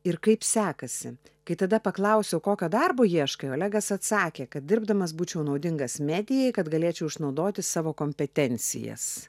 ir kaip sekasi kai tada paklausiau kokio darbo ieškai olegas atsakė kad dirbdamas būčiau naudingas medijai kad galėčiau išnaudoti savo kompetencijas